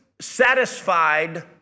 satisfied